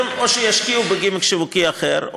אז או שהן ישקיעו בגימיק שיווקי אחר,